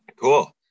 Cool